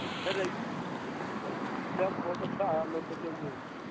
फेर ई ई ई प्रयास बहुत अच्छा है मानि कऽ चलियौ जे